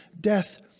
death